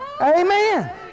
Amen